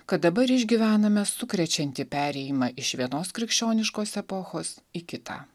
kad dabar išgyvename sukrečiantį perėjimą iš vienos krikščioniškos epochos į kitą